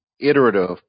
iterative